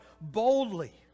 boldly